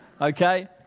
okay